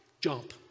jump